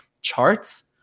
charts